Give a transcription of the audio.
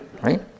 right